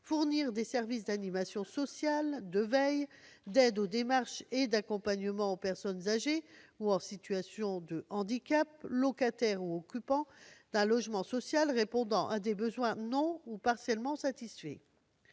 fournir des services d'animation sociale, de veille, d'aide aux démarches et d'accompagnement aux personnes âgées ou en situation de handicap locataires ou occupants d'un logement social répondant à des besoins « non satisfaits ou partiellement satisfaits